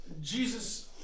Jesus